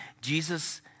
Jesus